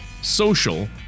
social